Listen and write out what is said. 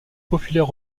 populaire